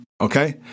Okay